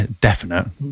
definite